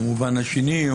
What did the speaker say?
המובן השני,